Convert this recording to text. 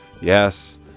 yes